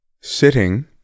sitting